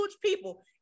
people